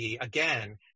again